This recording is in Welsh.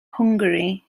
hwngari